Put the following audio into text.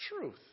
truth